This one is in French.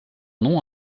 nom